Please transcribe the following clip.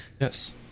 Yes